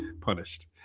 punished